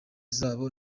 zabo